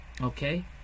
Okay